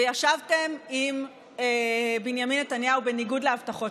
וישבתם עם בנימין נתניהו בניגוד להבטחות